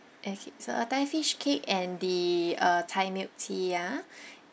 okay a thai fish cake and the uh thai milk tea ah